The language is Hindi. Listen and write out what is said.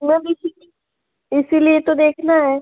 मैम इसलिए इसलिए तो देखना है